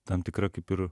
tam tikra kaip ir